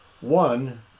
one